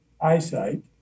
eyesight